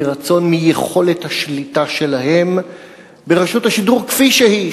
רצון מיכולת השליטה שלהם ברשות השידור כפי שהיא,